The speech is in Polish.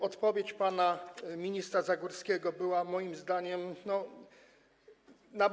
Odpowiedź pana ministra Zagórskiego była, moim zdaniem, niestosowna.